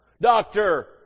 Doctor